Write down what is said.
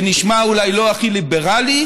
זה נשמע, אולי, לא הכי ליברלי,